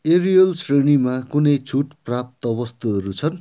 Ariel श्रेणीमा कुनै छुट प्राप्त वस्तुहरू छन्